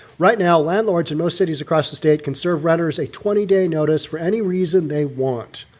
right now landlords in most cities across the state can serve renters a twenty day notice for any reason they want.